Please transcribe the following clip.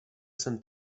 jsem